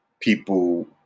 people